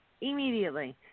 Immediately